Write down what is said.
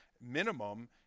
minimum